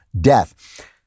death